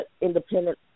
independent